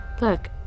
Look